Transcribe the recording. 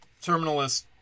Terminalist